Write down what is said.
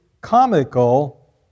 comical